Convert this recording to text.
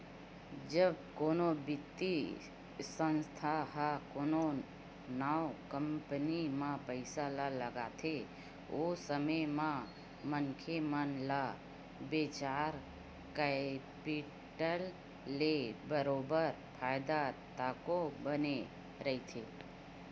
जब कोनो बित्तीय संस्था ह कोनो नवा कंपनी म पइसा ल लगाथे ओ समे म मनखे मन ल वेंचर कैपिटल ले बरोबर फायदा तको बने रहिथे